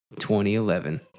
2011